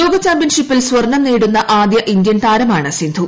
ലോകചാമ്പ്യൻഷിപ്പിൽ സ്വർണ്ണം നേടുന്ന ആദ്യ ഇന്ത്യൻ താരമാണ് സ്പ്രിന്ധു